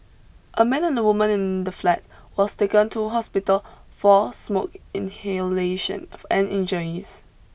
a man and a woman in the flat was taken to hospital for smoke inhalation of and injuries